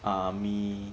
army